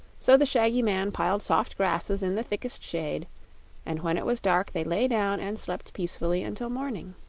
so the shaggy man piled soft grasses in the thickest shade and when it was dark they lay down and slept peacefully until morning.